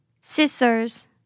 Scissors